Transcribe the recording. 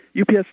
UPS